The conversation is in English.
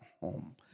home